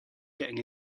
getting